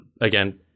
again